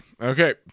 okay